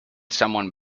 someone